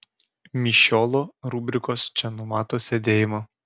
mišiolo rubrikos čia numato sėdėjimą